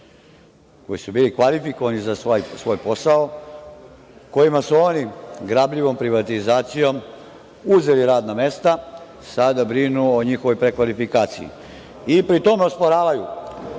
koji su bili kvalifikovani za svoj posao, kojima su oni grabljivom privatizacijom uzeli radna mesta, sada brinu o njihovoj prekvalifikaciji. I pri tome osporavaju